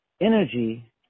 energy